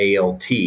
ALT